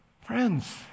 Friends